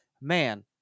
man